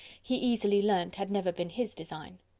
he easily learnt had never been his design.